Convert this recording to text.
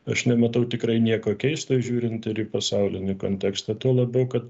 aš nematau tikrai nieko keisto žiūrint ir į pasaulinį kontekstą tuo labiau kad